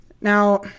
Now